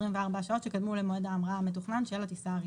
24 השעות שקדמו למועד ההמראה המתוכנן של הטיסה הראשונה."